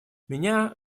меня